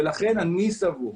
לכן אני סבור,